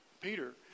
Peter